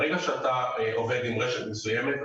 ברגע שאתה עובד עם רשת מסוימת,